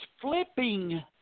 flipping